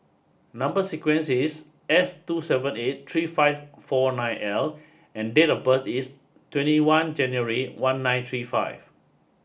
number sequence is S two seven eight three five four nine L and date of birth is twenty one January one nine three five